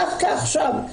דווקא עכשיו,